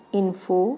info